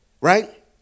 right